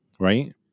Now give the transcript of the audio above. right